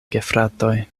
gefratoj